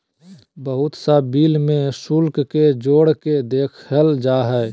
बहुत सा बिल में शुल्क के जोड़ के देखल जा हइ